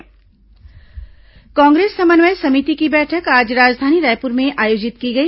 कांग्रेस बैठक कांग्रेस समन्वय समिति की बैठक आज राजधानी रायपुर में आयोजित की गई